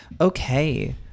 Okay